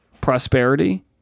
prosperity